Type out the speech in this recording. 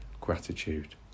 gratitude